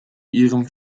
ihrem